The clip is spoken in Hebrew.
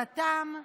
דתם,